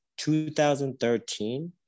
2013